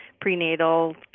prenatal